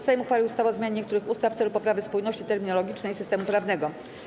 Sejm uchwalił ustawę o zmianie niektórych ustaw w celu poprawy spójności terminologicznej systemu prawnego.